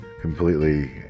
completely